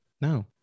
No